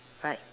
right